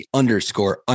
underscore